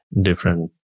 different